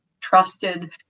trusted